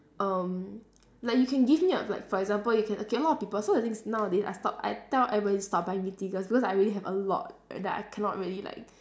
um like you can give me like for example you can okay a lot of people so the thing is nowadays I stop I tell everybody to stop buying me tiggers because I already have a lot that I cannot really like